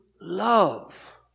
love